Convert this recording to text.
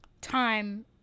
time